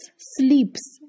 sleeps